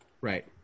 Right